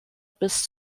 bis